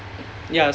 ya same lah